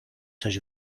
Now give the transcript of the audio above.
coś